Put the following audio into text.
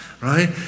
right